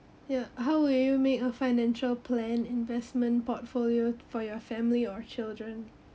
ya how would you make a financial plan investment portfolio for your family or children